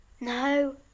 No